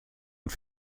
und